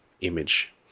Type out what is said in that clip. image